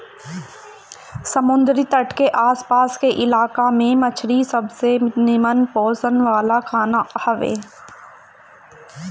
समुंदरी तट के आस पास के इलाका में मछरी सबसे निमन पोषण वाला खाना हवे